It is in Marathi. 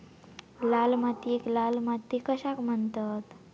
लाल मातीयेक लाल माती कशाक म्हणतत?